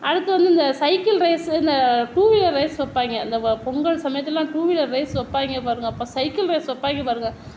அடுத்து வந்து இந்த சைக்கிள் ரேஸு இந்த டூவீலர் ரேஸ் வப்பாங்க இந்த பொங்கல் சமயத்தில் டூவீலர் ரேஸு வப்பாங்க பாருங்கள் அப்போது சைக்கிள் ரேஸு வப்பாங்க பாருங்கள்